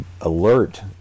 alert